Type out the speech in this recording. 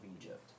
Egypt